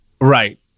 Right